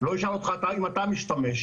לא אשאל אותך האם אתה משתמש.